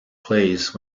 place